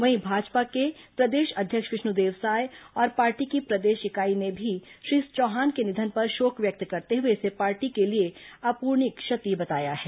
वहीं भाजपा के प्रदेश अध्यक्ष विष्णुदेव साय और पार्टी की प्रदेश इकाई ने भी श्री चौहान के निधन पर शोक व्यक्त करते हुए इसे पार्टी के लिए अपूरणीय क्षति बताया है